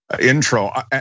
intro